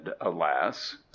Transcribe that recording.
alas